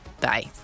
Bye